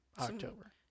October